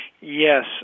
Yes